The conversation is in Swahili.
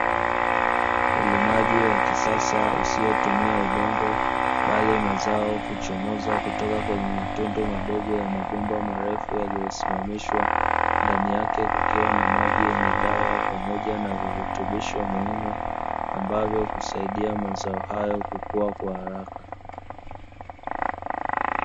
Ulimaji wa kisasa usiotumia udongo bali mazao huchomoza kutoka kwenye matundu madogo ya mabomba marefu yaliyosimamishwa, ndani yake kukiwa na maji yenye dawa pamoja na virutubisho muhimu ambayo husaidia mazao hayo kukua kwa haraka.